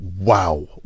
wow